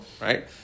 right